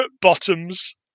Bottoms